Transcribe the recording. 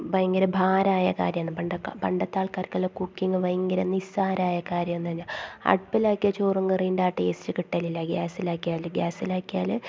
ഭയങ്കര ഭാരമായ കാര്യാന്ന് പണ്ടൊക്കെ പണ്ടത്തെ ആൾക്കാർക്കെല്ലാം കുക്കിംഗ് ഭയങ്കര നിസാരമായ കാര്യാന്ന്ഞ്ഞ അടുപ്പിലാക്കിയ ചോറും കറിയുൻ്റെ ആ ടേസ്റ്റ് കിട്ടലില്ല ഗ്യാസിലാക്കിയാൽ ഗ്യാസിലാക്കിയാൽ